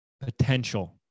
potential